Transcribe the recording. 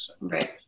Right